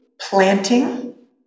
planting